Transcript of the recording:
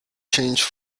changed